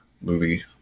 movie